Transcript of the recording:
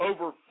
over